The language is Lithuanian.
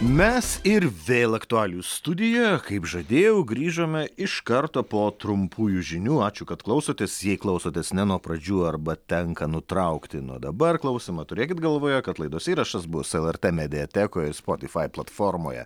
mes ir vėl aktualijų studijoje kaip žadėjau grįžome iš karto po trumpųjų žinių ačiū kad klausotės jei klausotės ne nuo pradžių arba tenka nutraukti nuo dabar klausymą turėkit galvoje kad laidos įrašas bus lrt mediatekoje ir spotify platformoje